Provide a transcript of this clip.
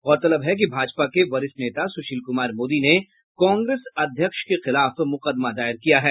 गौरतलब है कि भाजपा के वरिष्ठ नेता सुशील कुमार मोदी ने कांग्रेस अध्यक्ष के खिलाफ मुकदमा दायर किया है